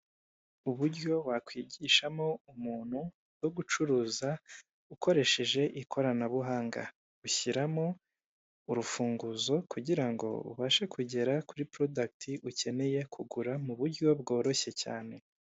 Uburyo wakwigishamo umuntu, bwo gucuruza ukoresheje ikoranabuhanga. Ushyiramo urufunguzo, kugira ngo ubashe kugera kuri porodakiti ukeneye kugura, mu buryo bworoshye cyane.